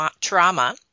trauma